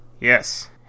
Yes